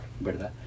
¿verdad